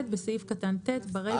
בסעיף קטן (ט), ברישה,